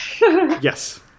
Yes